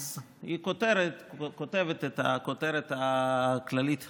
אז היא כותבת את הכותרת הכללית הזאת.